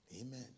Amen